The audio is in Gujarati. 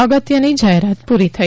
અગત્યની જાહેરાત પૂરી થઈ